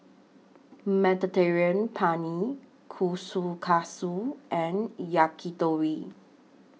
Mediterranean Penne Kushikatsu and Yakitori